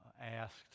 asked